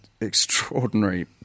extraordinary